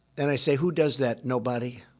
and i say, who does that? nobody.